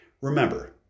Remember